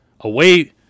away